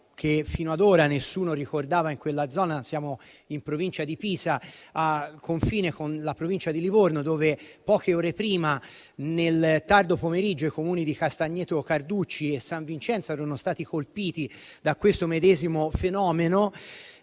che fino ad ora nessuno ricordava in quella zona - siamo in provincia di Pisa, al confine con la provincia di Livorno, dove poche ore prima, nel tardo pomeriggio i Comuni di Castagneto Carducci e San Vincenzo erano stati colpiti dal medesimo fenomeno